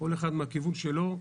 כל אחד מהכיוון שלנו.